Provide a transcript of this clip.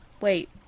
Wait